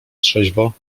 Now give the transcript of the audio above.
trzeźwo